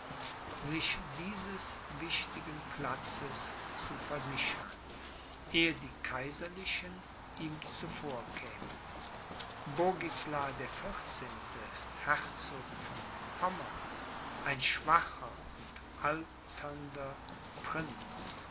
sich dieses wichtigen platzes zu versichern ehe die kaiserlichen ihm zuvorkämen bogisla der vierzehnte herzog von pommern ein schwacher und alternder prinz